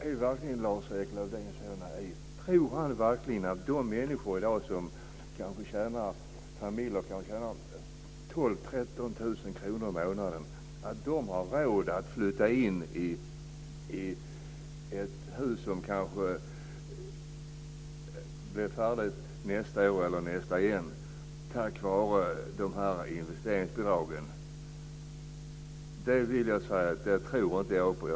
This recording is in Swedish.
Är verkligen Lars-Erik Lövdén så naiv att han tror att de familjer som i dag tjänar 12 000-13 000 kr i månaden tack vare investeringsbidraget har råd att flytta in i ett hus som kanske blir färdigt nästa år eller året därefter? Det vill jag säga att jag inte tror på.